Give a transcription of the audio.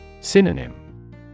Synonym